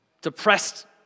depressed